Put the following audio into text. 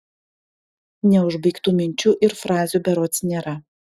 neužbaigtų minčių ir frazių berods nėra